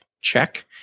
check